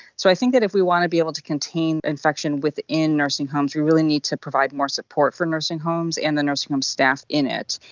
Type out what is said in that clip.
so i think that if we want to be able to contain infection within nursing homes, we really need to provide more support for nursing homes and the nursing home staff in it.